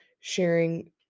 sharing